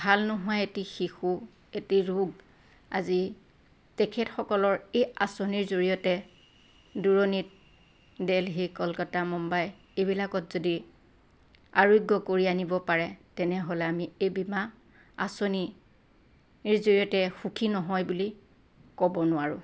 ভাল নোহোৱা এটি শিশু এটি ৰোগ আজি তেখেতসকলৰ এই আচলিৰ জড়িয়তে দূৰণিত দিল্লী কলিকতা মুম্বাই এইবিলাকত যদি আৰোগ্য কৰি আনিব পাৰে তেনেহ'লে আমি এই বীমা আচনিৰ জড়িয়তে সুখী নহয় বুলি ক'ব নোৱাৰো